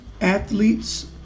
athletes